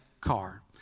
car